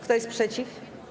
Kto jest przeciw?